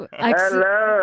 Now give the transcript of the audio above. Hello